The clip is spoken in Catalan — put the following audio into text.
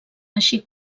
així